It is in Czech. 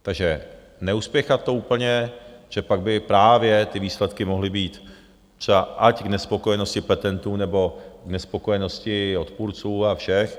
Takže neuspěchat to úplně, protože pak by právě ty výsledky mohly být třeba ať k nespokojenosti petentů, nebo k nespokojenosti odpůrců a všech.